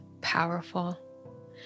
powerful